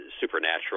supernatural